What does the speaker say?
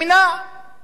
יישוב גדול,